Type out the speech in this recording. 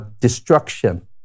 destruction